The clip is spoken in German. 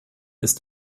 ist